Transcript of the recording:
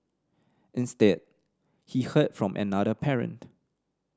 instead he heard from another parent